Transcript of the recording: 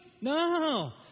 No